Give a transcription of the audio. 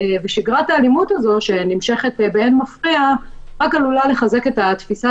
ושגרת האלימות הזו שנמשכת באין מפריע רק עלולה לחזק את התפיסה